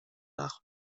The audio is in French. art